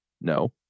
No